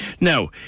now